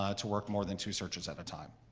ah to work more than two searches at a time.